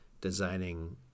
designing